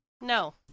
No